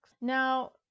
Now